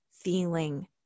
feeling